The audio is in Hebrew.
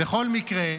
בכל מקרה,